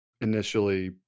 initially